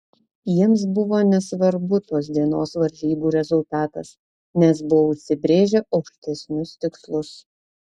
jiems buvo nesvarbu tos dienos varžybų rezultatas nes buvo užsibrėžę aukštesnius tikslus